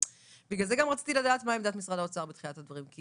בגלל זה גם רציתי לדעת מה עמדת משרד האוצר בתחילת הדברים.